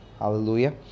Hallelujah